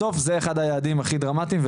בסוף זה אחד היעדים הכי דרמטיים,